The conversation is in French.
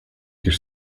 qu’il